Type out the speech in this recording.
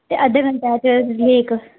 ते अद्धे घैंटे च लेक